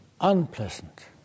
unpleasant